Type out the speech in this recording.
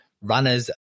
runners